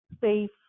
safe